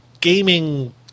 gaming